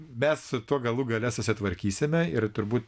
mes su tuo galų gale susitvarkysime ir turbūt